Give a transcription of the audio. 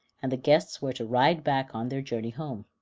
and the guests were to ride back on their journey home.